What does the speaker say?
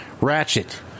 Ratchet